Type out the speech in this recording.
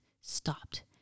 stopped